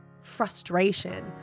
frustration